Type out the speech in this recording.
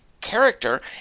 character